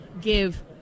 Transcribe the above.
give